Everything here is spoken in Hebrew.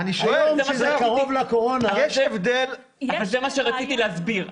מהיום שזה קרוב לקורונה --- זה מה שרציתי להסביר.